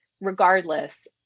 regardless